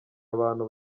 abantu